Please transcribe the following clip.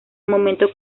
momento